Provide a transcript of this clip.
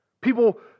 People